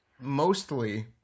mostly